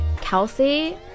Kelsey